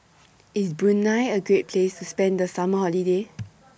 IS Brunei A Great Place to spend The Summer Holiday